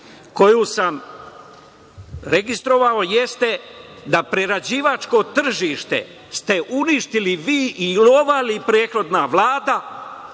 koju sam registrovao jeste da ste prerađivačko tržište uništili vi, ova i prethodna Vlada,